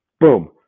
boom